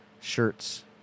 shirts